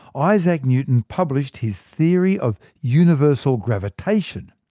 isaac newton published his theory of universal gravitation.